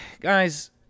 guys